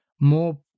more